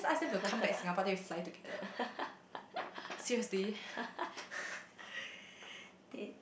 dead